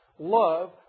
Love